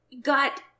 got